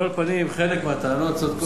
על כל פנים, חלק מהטענות צודקות.